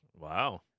Wow